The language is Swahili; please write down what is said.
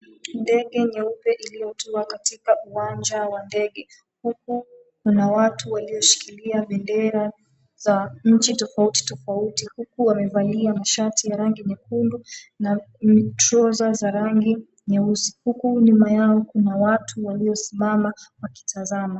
Ndenge nyeupe iliotua katika uwanja wa ndege huku kuna watu walioshikilia bendera za nchi tofauti tofauti huku wamevalia mashati ya rangi nyekundu na trouser za rangi nyeusi huku nyuma yao kuna watu wamesimama wakitazama.